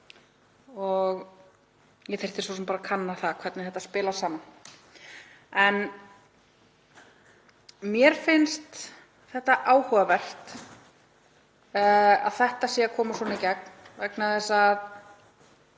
og ég þyrfti svo sem bara kanna hvernig þetta spilar saman. En mér finnst áhugavert að þetta sé að koma svona í gegn vegna þess að